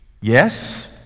yes